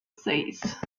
states